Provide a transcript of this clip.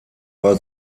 war